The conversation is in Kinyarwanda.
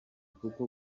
kuko